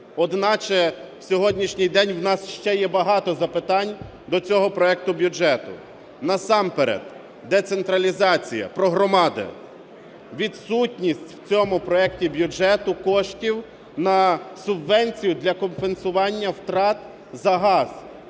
Одначе в сьогоднішній день у нас ще є багато запитань до цього проекту бюджету. Насамперед децентралізація, про громади. Відсутність в цьому проекті бюджету коштів на субвенцію для компенсування втрат за газ